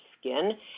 skin